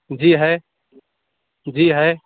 جی ہے جی ہے